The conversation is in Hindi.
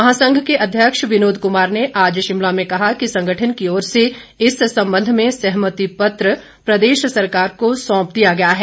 महासंघ के अध्यक्ष विनोद कुमार ने आज शिमला में कहा कि संगठन की ओर से इस संबंध में सहमति पत्र प्रदेश सरकार को सौंप दिया गया है